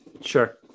Sure